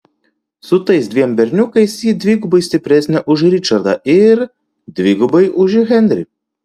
su tais dviem berniukais ji dvigubai stipresnė už ričardą ir dvigubai už henrį